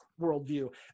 worldview